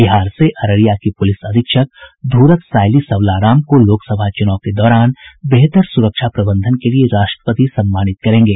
बिहार से अररिया की पुलिस अधीक्षक ध्ररत सायली सबलाराम का लोकसभा चुनाव के दौरान बेहतर सुरक्षा प्रबंधन के लिये राष्ट्रपति सम्मानित करेंगे